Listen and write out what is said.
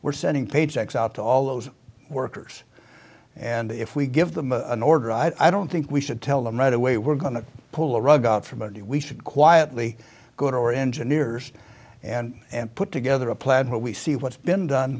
we're sending paychecks out to all those workers and if we give them a new order i don't think we should tell them right away we're going to pull the rug out from under we should quietly go to our engineers and and put together a plan what we see what's been done